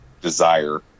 desire